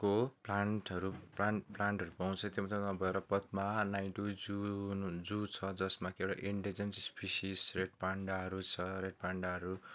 को प्लान्टहरू प्लान्टहरू पाउँछ त्यो मात्र नभएर पद्मा नाइडु जु जु छ जसमा कि एउटा एनडेजन्ड स्पिसिस रेड पान्डाहरू छ रेड पान्डाहरू